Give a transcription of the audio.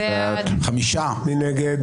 מי נגד?